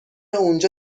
اونجا